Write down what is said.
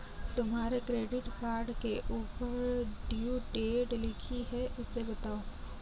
तुम्हारे credit card के ऊपर ड्यू डेट लिखी है उसे बताओ